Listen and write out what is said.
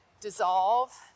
dissolve